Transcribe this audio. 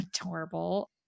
adorable